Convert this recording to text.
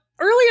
earlier